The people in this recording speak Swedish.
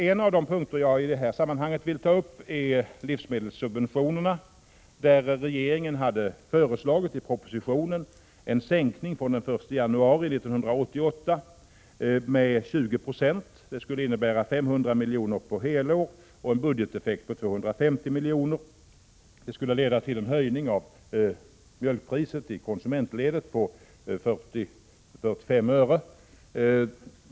En av de punkter jag i detta sammanhang vill ta upp är livsmedelssubventionerna, där regeringen i propositionen hade föreslagit en sänkning med 20 90 från den 1 januari 1988. Det skulle innebära 500 milj.kr. på helår och = Prot. 1986/87:124 en budgeteffekt på 250 milj.kr. Detta skulle leda till en höjning av 15 maj 1987 mjölkpriset i konsumentledet på 40—45 öre.